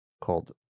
called